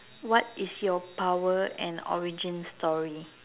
what is your power and origin story